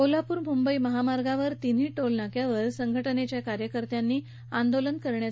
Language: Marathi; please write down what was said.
कोल्हापूर मुंबई महामार्गावर तिन्ही टोलनाक्यावर संघटनेच्या कार्यकर्त्यांनी आंदोलन करण्याचा प्रयत्न केला